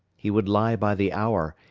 he would lie by the hour,